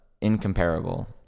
incomparable